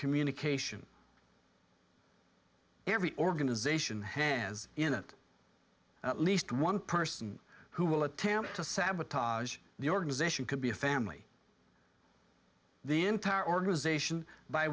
communication every organization has in it at least one person who will attempt to sabotage the organization could be a family the entire organization by